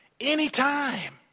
anytime